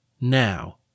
now